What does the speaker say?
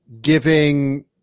giving